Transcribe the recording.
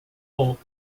pulp